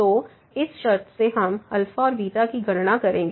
तो इस शर्त से हम और की गणना करेंगे